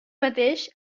mateix